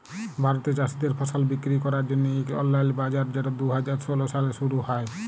ভারতে চাষীদের ফসল বিক্কিরি ক্যরার জ্যনহে ইক অললাইল বাজার যেট দু হাজার ষোল সালে শুরু হ্যয়